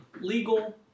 legal